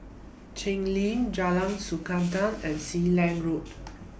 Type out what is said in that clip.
Cheng Lim Jalan Sikudangan and Sealand Road